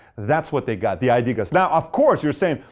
that's what they got. the idea guys. now of course, you're saying,